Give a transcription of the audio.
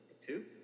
two